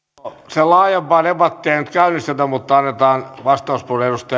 sen laajempaa debattia ei nyt käynnistetä mutta annetaan vastauspuheenvuoro